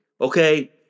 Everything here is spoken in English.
okay